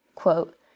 quote